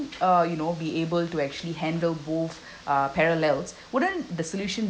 uh you know be able to actually handle both uh parallels wouldn't the solution